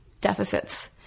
deficits